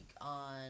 on